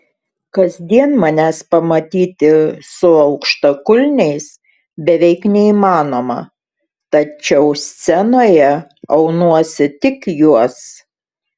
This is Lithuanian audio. kasdien manęs pamatyti su aukštakulniais beveik neįmanoma tačiau scenoje aunuosi tik juos